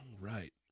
right